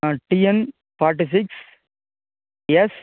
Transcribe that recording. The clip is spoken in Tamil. ah TN forty six S